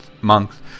Monks